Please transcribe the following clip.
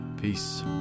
Peace